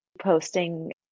posting